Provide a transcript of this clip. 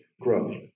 growth